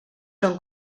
són